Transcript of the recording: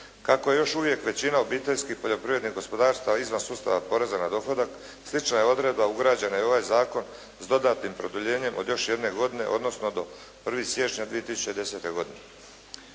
Kako je još uvijek većina obiteljskih poljoprivrednih gospodarstava izvan sustava poreza na dohodak, slična je odredba ugrađena i u ovaj zakon s dodatnim produljenjem od još jedne godine, odnosno do 1. siječnja 2010. godine.